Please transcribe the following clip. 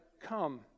come